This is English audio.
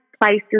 places